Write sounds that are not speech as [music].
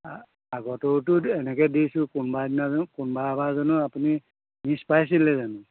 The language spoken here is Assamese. [unintelligible] আগতেতো এনেকে দিছোঁ কোনোবা দিনানো [unintelligible] কোনোবা বাৰ জানো আপুনি মিচ পাইছিলে জানো